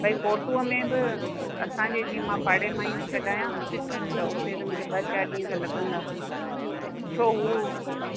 भई फोटूअ में बि असांजे जीअं मां पाड़े मां ई थी कढायां त उते त मूंखे ॿ चारि ॾींहं त लॻंदा